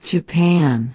Japan